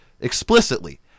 explicitly